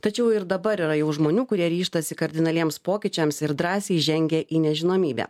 tačiau ir dabar yra jau žmonių kurie ryžtasi kardinaliems pokyčiams ir drąsiai žengia į nežinomybę